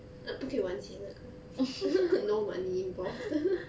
uh 不可以玩钱那个 no money involved